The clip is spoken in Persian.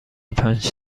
پنج